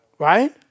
Right